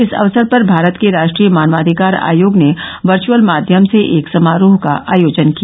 इस अवसर पर भारत के राष्ट्रीय मानवाघिकार आयोग ने वर्चअल माध्यम से एक समारोह का आयोजन किया